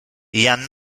ian